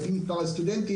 לפי מספר הסטודנטים,